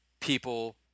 people